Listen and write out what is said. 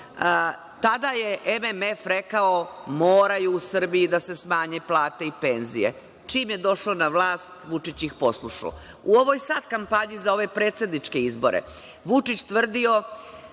tada je MMF rekao da moraju u Srbiji da se smanje plate i penzije. Čim je došao na vlast, Vučić ih je poslušao. U ovoj sad kampanji za ove predsedničke izbore, Vučić tvrdi